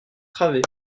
travée